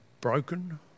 broken